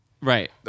Right